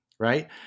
right